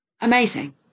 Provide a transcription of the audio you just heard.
amazing